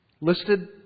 listed